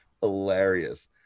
hilarious